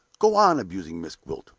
go on abusing miss gwilt.